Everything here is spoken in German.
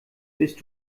bist